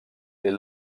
est